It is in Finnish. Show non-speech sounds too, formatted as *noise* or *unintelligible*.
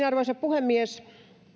*unintelligible* arvoisa puhemies